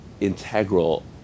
integral